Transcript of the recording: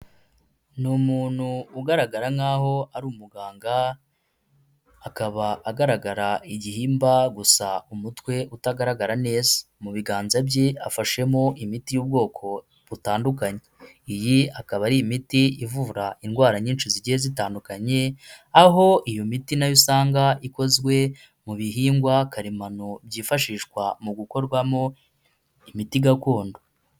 Ni umuntu ugaragara nk'aho ar' umuganga, akaba agaragara igihimba gusa umutwe utagaragara neza, mu biganza bye afashemo imiti y'ubwoko butandukanye. Iyi akaba ari imiti ivuvura indwara nyinshi zigiye zitandukanye aho iyo miti nayo usanga ikozwe mu bihingwa karemano byifashishwa mu gukorwamo imiti gakondo.